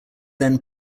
then